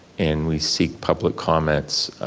and we seek public comments